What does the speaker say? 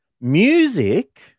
Music